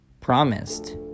promised